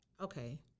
okay